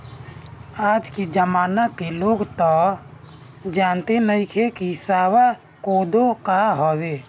आज के जमाना के लोग तअ जानते नइखे की सावा कोदो का हवे